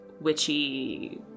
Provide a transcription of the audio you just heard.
witchy